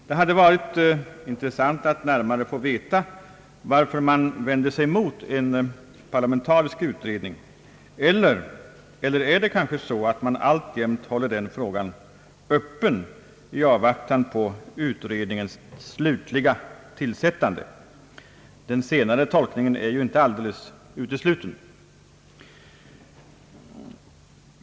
Det hade varit intressant att närmare få veta varför man vänder sig mot en parlamentarisk utredning. Eller är det kanske så att man alltjämt håller den frågan öppen i avvaktan på utredning ens slutliga tillsättande? Den senare tolkningen är ju inte alldeles utesluten.